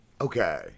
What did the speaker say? Okay